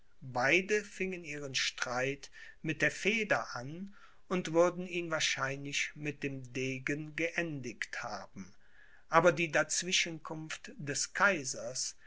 beide fingen ihren streit mit der feder an und würden ihn wahrscheinlich mit dem degen geendigt haben aber die dazwischenkunft des kaisers